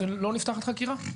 לא נפתחת חקירה?